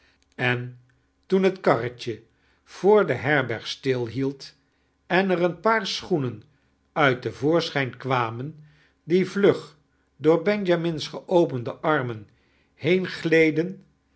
en toen het karretje voor de heriberg stilhield en er een paar schoenen uit te voorschijn kwamen die vlug door benjamin's geopende annen